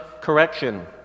correction